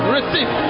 Receive